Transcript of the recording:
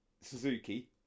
suzuki